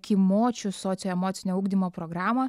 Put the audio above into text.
kimočių socioemocinio ugdymo programą